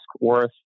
worth